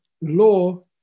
law